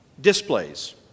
displays